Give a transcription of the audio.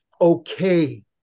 okay